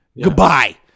Goodbye